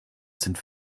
sind